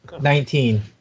Nineteen